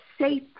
safe